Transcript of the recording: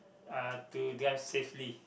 uh to drive safely